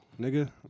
nigga